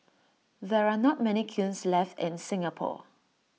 there are not many kilns left in Singapore